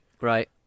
Right